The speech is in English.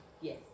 yes